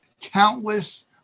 countless